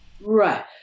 Right